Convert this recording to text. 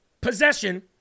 possession